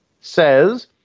says